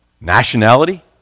nationality